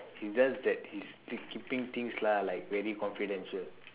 it's just that he's keep~ keeping things lah like very confidential